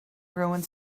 ruins